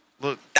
look